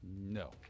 No